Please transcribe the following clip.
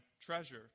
treasure